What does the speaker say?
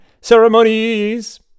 ceremonies